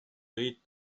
read